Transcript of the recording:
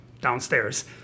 downstairs